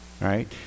right